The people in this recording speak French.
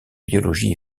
biologie